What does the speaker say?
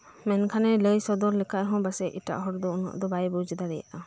ᱢᱮᱱᱠᱷᱟᱱᱮ ᱞᱟᱹᱭ ᱥᱚᱫᱚᱨ ᱞᱮᱠᱷᱟᱡ ᱦᱚᱸ ᱵᱟᱥᱮᱡ ᱮᱴᱟᱜ ᱦᱚᱲᱫᱚ ᱩᱱᱟᱹᱜ ᱫᱚ ᱵᱟᱭ ᱵᱩᱡᱷ ᱫᱟᱲᱤᱭᱟᱜᱼᱟ